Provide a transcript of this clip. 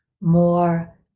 more